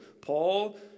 Paul